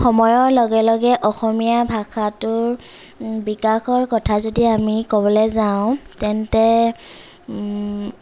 সময়ৰ লগে লগে অসমীয়া ভাষাটোৰ বিকাশৰ কথা যদি আমি কবলৈ যাওঁ তেন্তে